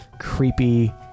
creepy